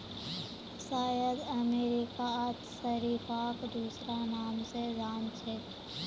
शायद अमेरिकात शरीफाक दूसरा नाम स जान छेक